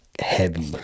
heavy